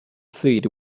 fluid